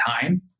time